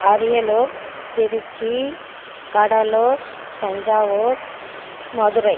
Ariyalur Tiruchi Cuddalore Thanjavur Madurai